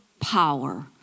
power